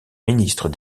ministre